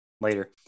later